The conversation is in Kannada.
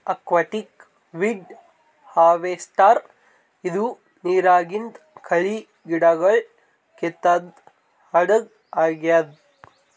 ಅಕ್ವಾಟಿಕ್ ವೀಡ್ ಹಾರ್ವೆಸ್ಟರ್ ಇದು ನಿರಾಗಿಂದ್ ಕಳಿ ಗಿಡಗೊಳ್ ಕಿತ್ತದ್ ಹಡಗ್ ಆಗ್ಯಾದ್